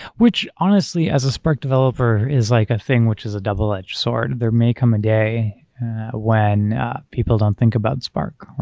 which, honestly, as a spark developer, is like a thing which is a double edged sword. there may come a day when people don't think about spark.